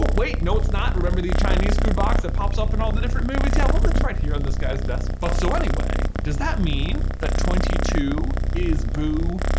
wait, no it's not remember the chinese food box that pops up in all the different movies. yeah, well that's right here on this guy's desk, but so anyway does that mean that twenty two is boo,